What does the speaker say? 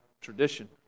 Tradition